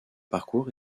parcours